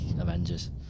Avengers